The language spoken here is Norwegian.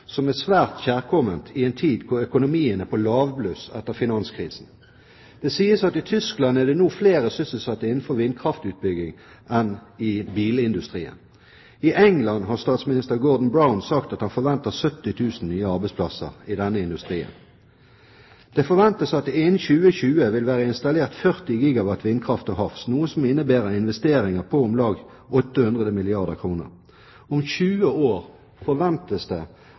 som er svært kjærkomment i en tid hvor økonomien er på lavbluss etter finanskrisen. Det sies at i Tyskland er det nå flere sysselsatte innenfor vindkraftutbygging enn i bilindustrien. I England har statsminister Gordon Brown sagt at han forventer 70 000 nye arbeidsplasser i denne industrien. Det forventes at det innen 2020 vil være installert 40 GB vindkraft til havs, noe som innebærer investeringer på om lag 800 milliarder kr. Om 20 år forventes det